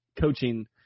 coaching